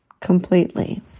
completely